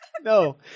No